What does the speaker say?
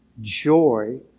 joy